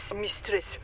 mistress